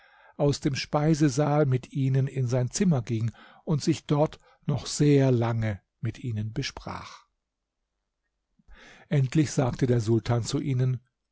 aus dem speisesaal mit ihnen in sein zimmer ging und sich dort noch sehr lange mit ihnen besprach endlich sagte der sultan zu ihnen